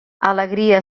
alegria